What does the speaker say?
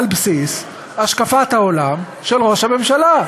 על בסיס השקפת העולם של ראש הממשלה.